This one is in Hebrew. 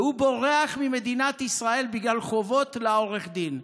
והוא בורח ממדינת ישראל בגלל חובות לעורך דין.